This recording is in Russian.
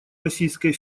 российской